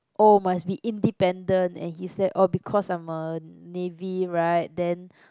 oh must be independent and he say oh because I'm a Navy right then